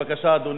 בבקשה, אדוני.